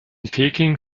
peking